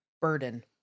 Burden